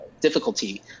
difficulty